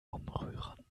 umrühren